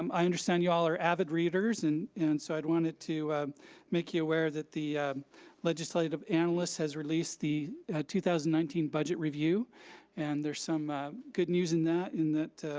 um i understand you all are avid readers and and so i wanted to make you aware that the legislative analyst has released the two thousand and nineteen budget review and there's some good news in that in that